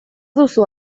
duzu